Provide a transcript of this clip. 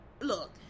look